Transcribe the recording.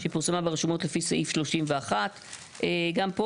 שפורסמה ברשומות לפי סעיף 31. גם פה